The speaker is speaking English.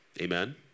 amen